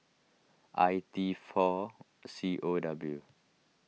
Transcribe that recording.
I T four C O W